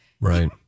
Right